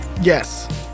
Yes